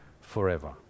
forever